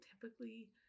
typically